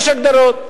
יש הגדרות.